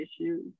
issues